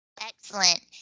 excellent.